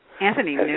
Anthony